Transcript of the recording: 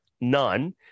none